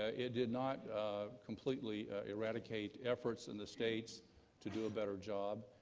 ah it did not completely eradicate efforts in the states to do a better job.